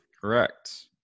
Correct